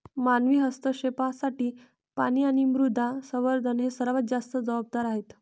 मानवी हस्तक्षेपासाठी पाणी आणि मृदा संवर्धन हे सर्वात जास्त जबाबदार आहेत